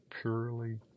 purely